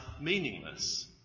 meaningless